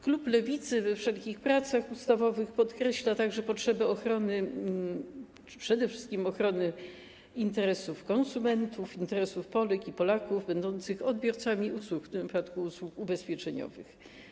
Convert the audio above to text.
Klub Lewicy we wszelkich pracach ustawowych podkreśla także potrzebę przede wszystkim ochrony interesów konsumentów, interesów Polek i Polaków będących odbiorcami usług, w tym wypadku usług ubezpieczeniowych.